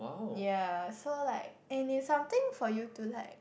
ya so like and is something for you to like